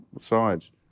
sides